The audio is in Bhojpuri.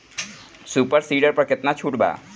सुपर सीडर पर केतना छूट बा?